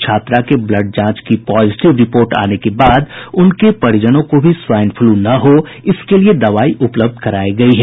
छात्रा के ब्लड जांच की पोजिटिव रिपोर्ट आने के बाद उनके परिजनों को भी स्वाईन फ्लू न हो इसके लिये दवाई उपलब्ध करायी गयी है